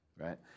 right